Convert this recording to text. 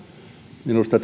minusta